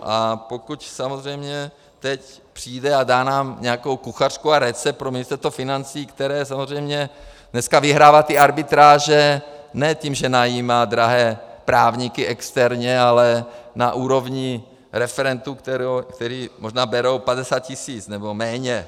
A pokud samozřejmě teď přijde a dá nám nějakou kuchařku a recept pro Ministerstvo financí, které samozřejmě dneska vyhrává ty arbitráže ne tím, že najímá drahé právníky externě, ale na úrovni referentů, kteří možná berou 50 tisíc nebo méně.